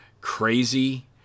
crazy